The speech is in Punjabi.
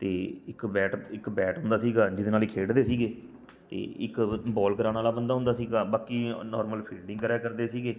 ਅਤੇ ਇੱਕ ਬੈਟ ਇੱਕ ਬੈਟ ਹੁੰਦਾ ਸੀਗਾ ਜਿਹਦੇ ਨਾਲ ਅਸੀਂ ਖੇਡਦੇ ਸੀਗੇ ਅਤੇ ਇੱਕ ਬੋਲ ਕਰਾਉਣ ਵਾਲਾ ਬੰਦਾ ਹੁੰਦਾ ਸੀਗਾ ਬਾਕੀ ਨੌਰਮਲ ਫੀਲਡਿੰਗ ਕਰਿਆ ਕਰਦੇ ਸੀਗੇ